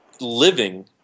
living